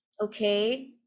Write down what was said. okay